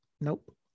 Nope